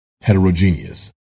heterogeneous